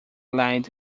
lied